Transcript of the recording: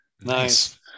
nice